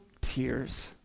tears